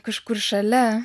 kažkur šalia